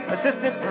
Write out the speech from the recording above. Assistant